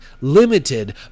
limited